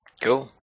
Cool